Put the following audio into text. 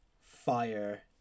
Fire